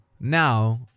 now